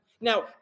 Now